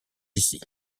ici